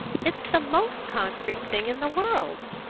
it's the most concrete thing in the world!